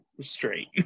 straight